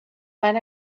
van